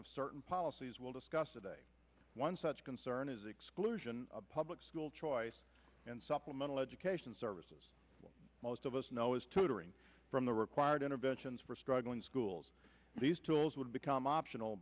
of certain policies will discuss today one such concern is exclusion of public school choice and supplemental education services most of us know is totalling from the required interventions for struggling schools these tools would become optional